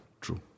True